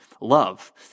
love